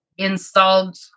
Installed